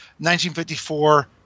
1954